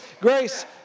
grace